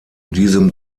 diesem